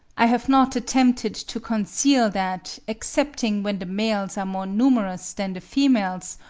i have not attempted to conceal that, excepting when the males are more numerous than the females,